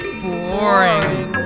boring